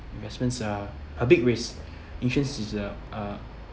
investments are a big risk insurance is a uh